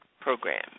program